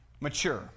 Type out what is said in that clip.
mature